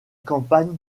campagne